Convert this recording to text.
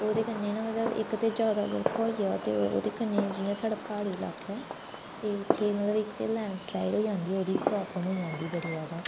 ओह्दे कन्नै ना मतलब इक ते ज्यादा बरखा होई जा ते ओह्दे कन्नै जियां साढ़ा प्हाड़ी इलाका ऐ ते इत्थें मतलब इक ते लैंडसलाईड होई जंदी ओह्दी प्राब्लम होई जंदी बड़ी ज्यादा